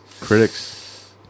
Critics